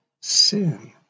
sin